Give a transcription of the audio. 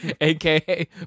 aka